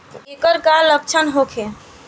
ऐकर का लक्षण होखे?